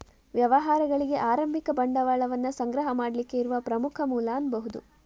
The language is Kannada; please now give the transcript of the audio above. ವ್ಯವಹಾರಗಳಿಗೆ ಆರಂಭಿಕ ಬಂಡವಾಳವನ್ನ ಸಂಗ್ರಹ ಮಾಡ್ಲಿಕ್ಕೆ ಇರುವ ಪ್ರಮುಖ ಮೂಲ ಅನ್ಬಹುದು